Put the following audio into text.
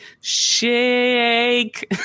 shake